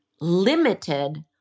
limited